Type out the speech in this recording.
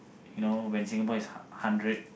you know when Singapore is hun~ hundred